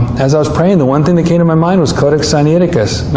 as i was praying, the one thing that came to my mind was codex sinaiticus.